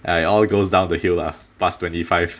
ya it all goes down the hill lah pass twenty five